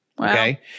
Okay